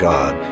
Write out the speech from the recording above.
God